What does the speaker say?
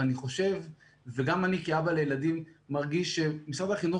וגם אני כאבא לילדים מרגיש שמשרד החינוך